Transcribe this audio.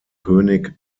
könig